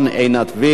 עינת וילף,